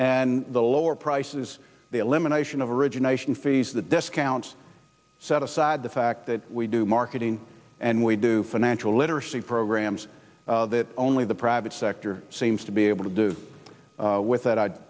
and the lower prices the elimination of origination fees the discounts set aside the fact that we do marketing and we do financial literacy programs that only the private sector seems to be able to do with